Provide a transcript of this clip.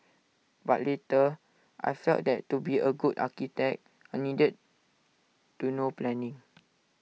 but later I felt that to be A good architect I needed to know planning